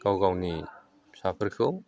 गाव गावनि फिसाफोरखौ